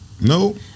No